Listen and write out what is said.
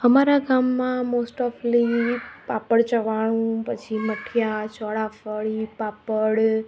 મારા ગામમાં most of પાપડ ચવાણું પછી મઠિયાં ચોળાફળી પાપડ